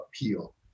appeal